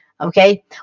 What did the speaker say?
Okay